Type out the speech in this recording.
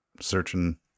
searching